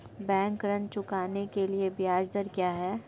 Bank ऋण चुकाने के लिए ब्याज दर क्या है?